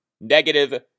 negative